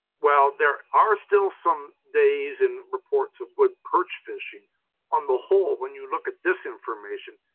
well, there are still some days and reports of good perch fishing on the whole. when you look at this information,